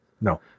No